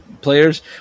players